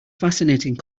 fascinating